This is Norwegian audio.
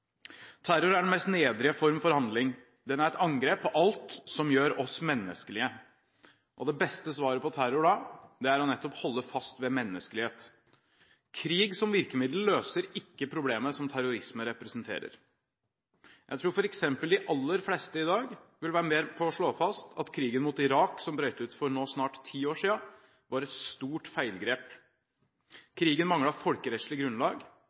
Terror er den mest nedrige form for handling. Den er et angrep på alt som gjør oss menneskelige, og det beste svaret på terror er da å holde fast på menneskelighet. Krig som virkemiddel løser ikke problemet som terrorisme representerer. Jeg tror f.eks. de aller fleste i dag vil være med på å slå fast at krigen mot Irak, som brøt ut for snart ti år siden, var et stort feilgrep. Krigen manglet folkerettslig grunnlag,